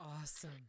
Awesome